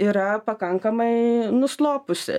yra pakankamai nuslopusi